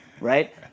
right